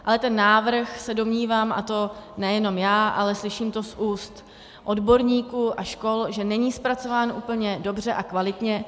Ale ten návrh, se domnívám, a to nejenom já, ale slyším to z úst odborníků a škol, že není zpracován úplně dobře a kvalitně.